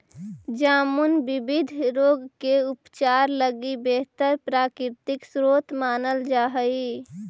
जामुन विविध रोग के उपचार लगी बेहतर प्राकृतिक स्रोत मानल जा हइ